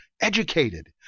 educated